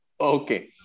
Okay